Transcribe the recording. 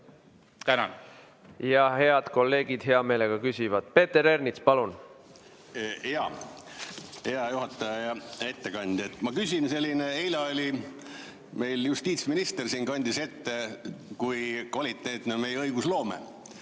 Head kolleegid hea meelega küsivad. Peeter Ernits, palun! Hea juhataja! Hea ettekandja! Ma küsin selliselt. Eile oli meil siin justiitsminister, kes kandis ette, kui kvaliteetne on meie õigusloome.